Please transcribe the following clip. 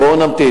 בואו נמתין.